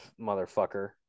motherfucker